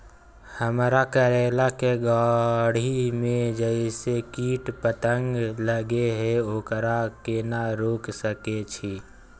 हमरा करैला के गाछी में जै कीट पतंग लगे हैं ओकरा केना रोक सके छी?